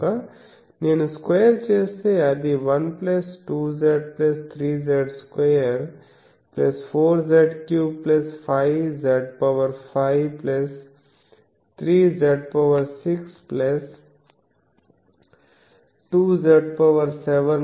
కనుక నేను స్క్వేర్ చేస్తే అది 1 2Z 3Z2 4Z3 5Z5 3Z6 2Z7 Z8